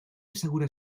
assegura